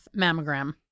mammogram